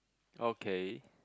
okay